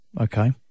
Okay